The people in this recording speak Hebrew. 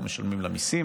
אנחנו משלמים לה מיסים,